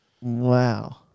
wow